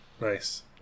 Nice